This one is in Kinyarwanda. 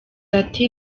ati